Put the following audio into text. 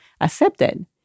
accepted